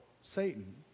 Satan